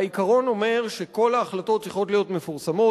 העיקרון אומר שכל ההחלטות צריכות להיות מפורסמות.